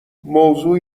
موضوع